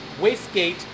wastegate